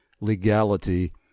legality